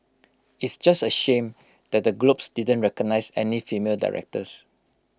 it's just A shame that the Globes didn't recognise any female directors